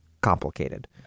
complicated